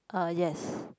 uh yes